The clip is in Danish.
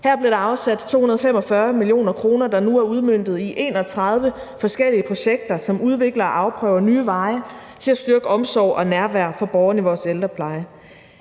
Her blev der afsat 245 mio. kr., der nu er udmøntet i 31 forskellige projekter, som udvikler og afprøver nye veje til at styrke omsorg og nærvær for borgerne i vores ældrepleje.